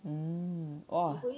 mm !whoa!